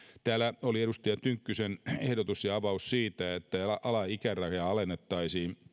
täällä oli edustaja tynkkysen ehdotus ja avaus siitä että alaikärajaa alennettaisiin